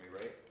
right